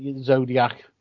Zodiac